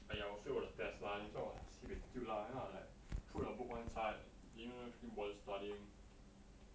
!aiya! 我 fail 我的 test lah that's why 我 sibeh diu lah that's why I like throw my book one side didn't didn't bother studying